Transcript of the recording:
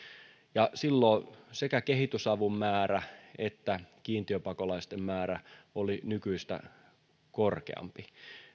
ja silloin sekä kehitysavun määrä että kiintiöpakolaisten määrä oli nykyistä korkeampi